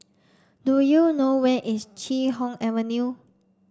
do you know where is Chee Hoon Avenue